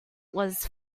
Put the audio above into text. was